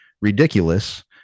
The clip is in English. ridiculous